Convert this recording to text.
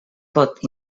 pot